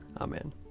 Amen